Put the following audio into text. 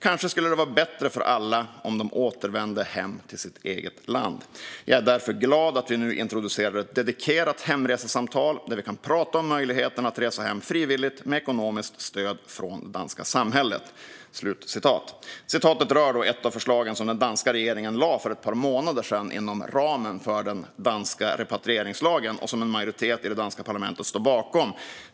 Kanske skulle det vara bättre för alla om de återvände hem till sitt eget land. Jag är därför glad att vi nu introducerar ett dedikerat hemresesamtal, där vi kan prata om möjligheten att resa hem frivilligt med ekonomiskt stöd från det danska samhället. Uttalandet rör ett av de förslag som den danska regeringen lade fram för ett par månader sedan inom ramen för den danska repatrieringslagen och som en majoritet i det danska parlamentet står bakom.